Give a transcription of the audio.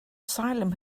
asylum